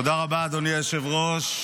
תודה רבה, אדוני היושב-ראש.